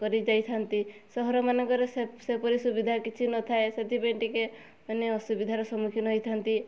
କରିଯାଇଥାନ୍ତି ସହର ମାନଙ୍କରେ ସେପରି ସୁବିଧା କିଛି ନଥାଏ ସେଥିପାଇଁ ଟିକେ ମାନେ ଅସୁବିଧାର ସମ୍ମୁଖୀନ ହେଇଥାନ୍ତି